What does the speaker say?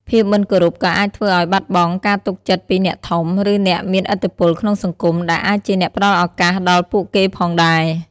ភាពមិនគោរពក៏អាចធ្វើឲ្យបាត់បង់ការទុកចិត្តពីអ្នកធំ ឬអ្នកមានឥទ្ធិពលក្នុងសង្គម ដែលអាចជាអ្នកផ្ដល់ឱកាសដល់ពួកគេផងដែរ។